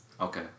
Okay